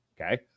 Okay